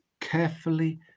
carefully